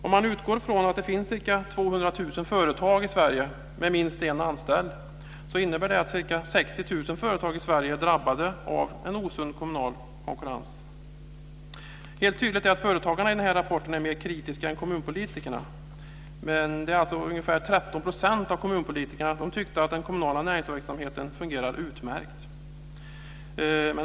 Om man utgår från att det finns ca 200 000 företag i 60 000 företag i Sverige är drabbade av en osund kommunal konkurrens. Helt tydligt är att företagarna enligt denna rapport mer kritiska än kommunpolitikerna. Men ungefär 13 % av kommunpolitikerna tyckte att den kommunala näringsverksamheten fungerar utmärkt.